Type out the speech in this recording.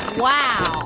wow.